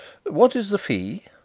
what is the fee?